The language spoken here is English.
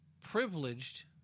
Privileged